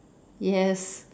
yes